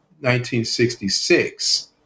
1966